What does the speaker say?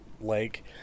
lake